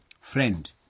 Friend